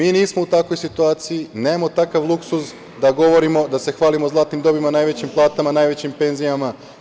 Mi nismo u takvoj situaciji, nemamo takav luksuz da govorimo, da se hvalimo zlatnim dobima, najvećim platama, najvećim penzijama.